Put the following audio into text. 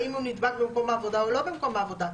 האם הוא נדבק במקום עבודה או לא במקום עבודה?